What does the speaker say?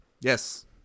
Yes